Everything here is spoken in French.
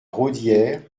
raudière